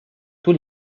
tous